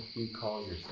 because it